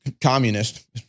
communist